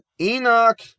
Enoch